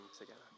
together